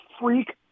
freak